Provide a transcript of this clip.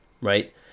right